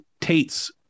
Tate's